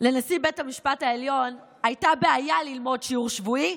לנשיא בית המשפט העליון הייתה בעיה ללמוד שיעור שבועי?